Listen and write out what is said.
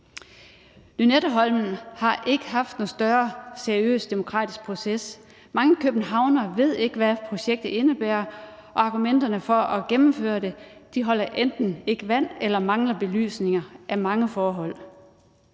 Lynetteholmen har ikke haft nogen større seriøs demokratisk proces. Mange københavnere ved ikke, hvad projektet indebærer, og argumenterne for at gennemføre det holder enten ikke vand eller mangler belysning af mange forhold.